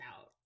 out